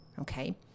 okay